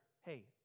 hey